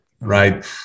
right